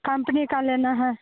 company का लेना है